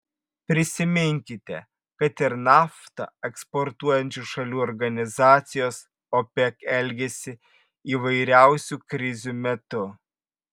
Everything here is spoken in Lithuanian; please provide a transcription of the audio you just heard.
prisiminkite kad ir naftą eksportuojančių šalių organizacijos opec elgesį įvairiausių krizių metu